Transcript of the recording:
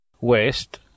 west